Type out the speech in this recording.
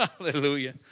Hallelujah